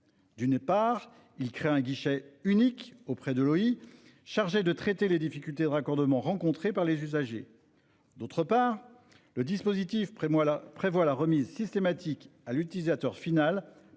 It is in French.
D'une part, il crée un guichet unique auprès de l'OI, chargé de traiter les difficultés de raccordement rencontrées par les usagers. D'autre part, il prévoit la remise systématique à l'utilisateur final,